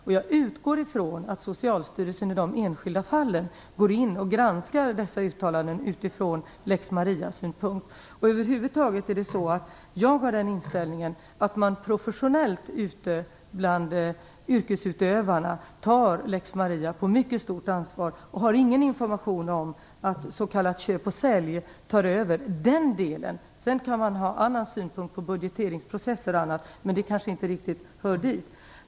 Jag utgår från att Socialstyrelsen i de enskilda fallen går in och granskar dessa uttalanden utifrån lex Maria-synpunkt. Jag har den inställningen att man professionellt, ute bland yrkesutövarna, tar lex Maria på mycket stort allvar. Jag har ingen information om att s.k. köp-ochsälj tar över den delen. Sedan kan man ha en annan synpunkt på budgeteringsprocesser och annat, men det kanske inte riktigt hör dit.